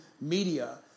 media